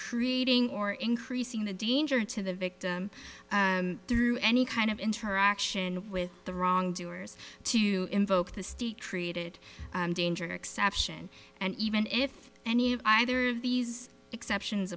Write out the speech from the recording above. creating or increasing the danger to the victim through any kind of interaction with the wrongdoers to invoke the state created danger exception and even if any of either of these exceptions